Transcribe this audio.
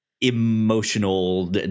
emotional